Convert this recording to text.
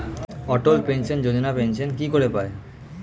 অটল pension Yojana pension কি করে পায়?